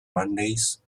mondays